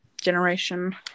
generation